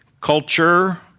culture